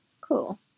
Cool